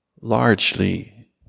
largely